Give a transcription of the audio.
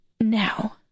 Now